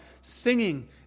singing